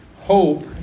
Hope